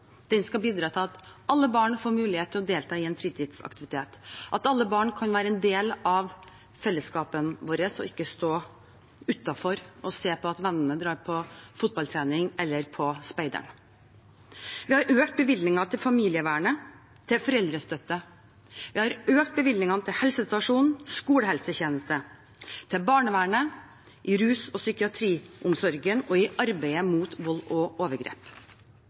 Den skal bidra til at alle barn får mulighet til å delta i en fritidsaktivitet, at alle barn kan være en del av fellesskapet vårt og ikke stå utenfor og se på at vennene drar på fotballtrening eller på speideren. Vi har økt bevilgningen til familievernet, til foreldrestøtte. Vi har økt bevilgningene til helsestasjon, skolehelsetjenesten, barnevernet, rus- og psykiatriomsorgen og arbeidet mot vold og overgrep.